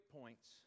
points